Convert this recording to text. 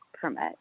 permit